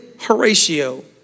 Horatio